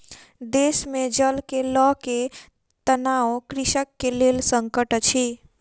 देश मे जल के लअ के तनाव कृषक के लेल संकट अछि